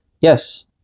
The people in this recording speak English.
yes